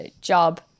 job